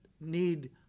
need